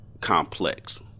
complex